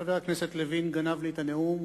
חבר הכנסת לוין גנב לי את הנאום,